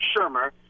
Shermer